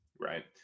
right